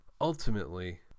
ultimately